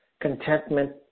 contentment